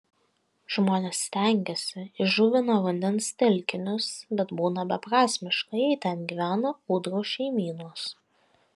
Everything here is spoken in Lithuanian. žmonės stengiasi įžuvina vandens telkinius bet būna beprasmiška jei ten gyvena ūdrų šeimynos